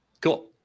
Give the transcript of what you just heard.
Cool